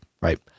Right